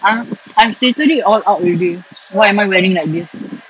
I've I've stated it all out already why am I wearing like this